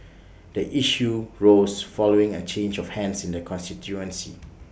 the issue rose following A change of hands in the constituency